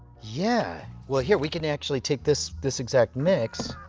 yeah, well, here we can actually take this this exact mix.